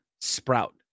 sprout